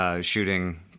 shooting